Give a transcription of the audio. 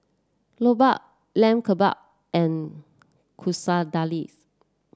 Jokbal Lamb Kebabs and Quesadillas